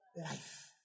life